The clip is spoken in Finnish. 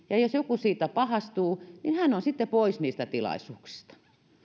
ja jos joku siitä pahastuu niin hän on sitten poissa niistä tilaisuuksista